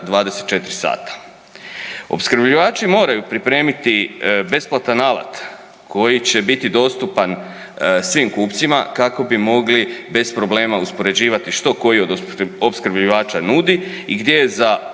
24 sata. Opskrbljivači moraju pripremiti besplatan alat koji će biti dostupan svim kupcima kako bi mogli bez problema uspoređivati što koji od opskrbljivača nudi i gdje je za